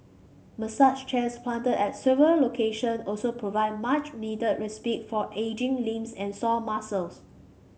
Massage chairs planted at several location also provide much needed respite for aching limbs and sore muscles